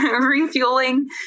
refueling